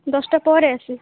ଦଶଟା ପରେ ଆସିବି